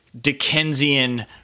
Dickensian